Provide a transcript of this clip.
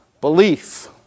Belief